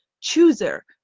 chooser